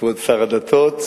שר הדתות מרגי,